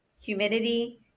humidity